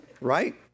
Right